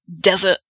desert